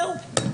זהו.